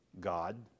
God